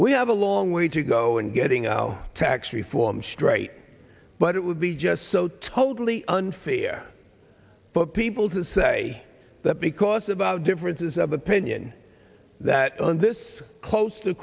we have a long way to go in getting out tax reform straight but it would be just so totally unfair for people to say that because of our differences of opinion that on this close to